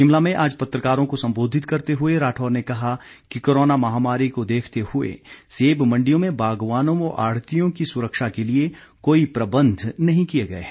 शिमला में आज पत्रकारों को सम्बोधित करते हुए राठौर ने कहा कि कोरोना महामारी को देखते हुए सेब मंडियों में बागवानों व आढ़तियों की सुरक्षा के लिए कोई प्रबंध नहीं किए गए हैं